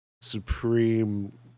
supreme